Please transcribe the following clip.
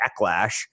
Backlash